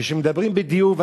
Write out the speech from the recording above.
כשמדברים על דיור,